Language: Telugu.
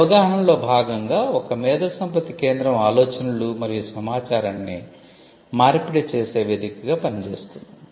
ఈ అవగాహనలో భాగంగా ఒక మేధోసంపత్తి కేంద్రo ఆలోచనలు మరియు సమాచారాన్ని మార్పిడి చేసే వేదికగా పనిచేస్తుంది